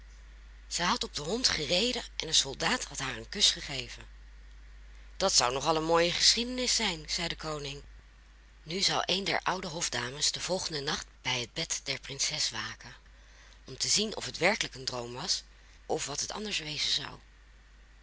zij had op den hond gereden en de soldaat had haar een kus gegeven dat zou nog al een mooie geschiedenis zijn zei de koning nu zou een der oude hofdames den volgenden nacht bij het bed der prinses waken om te zien of het werkelijk een droom was of wat het anders wezen zou